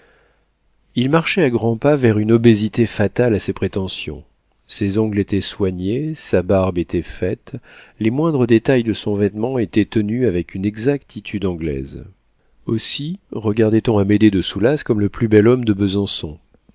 il marchait à grands pas vers une obésité fatale à ses prétentions ses ongles étaient soignés sa barbe était faite les moindres détails de son vêtement étaient tenus avec une exactitude anglaise aussi regardait on amédée de soulas comme le plus bel homme de besançon